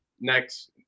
next